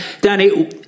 Danny